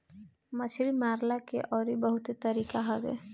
मछरी मारला के अउरी बहुते तरीका हवे